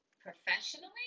professionally